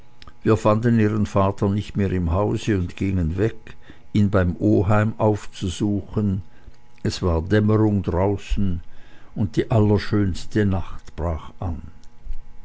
wir fanden ihren vater nicht mehr im hause und gingen weg ihn beim oheim aufzusuchen es war dämmerung draußen und die allerschönste nacht brach an